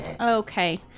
Okay